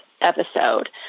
episode